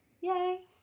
Yay